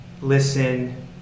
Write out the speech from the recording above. listen